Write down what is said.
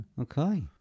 Okay